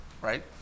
right